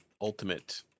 ultimate